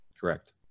Correct